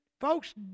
folks